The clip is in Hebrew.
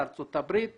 לארצות הברית ולאנגליה.